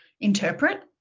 interpret